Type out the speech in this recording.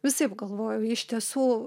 visaip galvoju iš tiesų